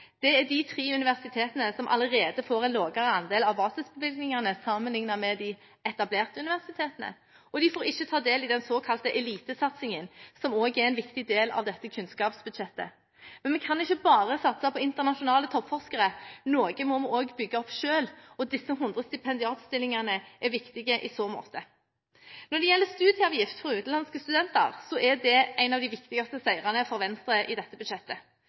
Det er de tre universitetene som allerede får en lavere andel av basisbevilgningene sammenlignet med de etablerte universitetene, og de får ikke ta del i den såkalte elitesatsingen, som også er en viktig del av dette kunnskapsbudsjettet. Men vi kan ikke bare satse på internasjonale toppforskere. Noe må vi også bygge opp selv, og disse 100 stipendiatstillingene er viktige i så måte. Når det gjelder studieavgift for utenlandske studenter, er det en av de viktigste seirene for Venstre i dette budsjettet.